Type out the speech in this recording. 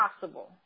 possible